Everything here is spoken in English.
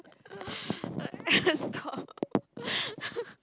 stop